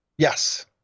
Yes